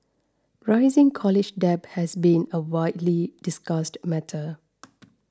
rising college debt has been a widely discussed matter